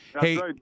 Hey